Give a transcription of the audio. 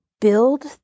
Build